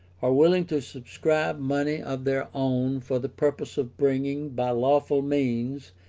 are willing to subscribe money of their own for the purpose of bringing, by lawful means,